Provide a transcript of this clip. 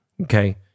Okay